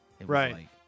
Right